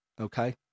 Okay